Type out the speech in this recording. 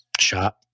shot